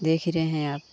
देख ही रहे हैं आप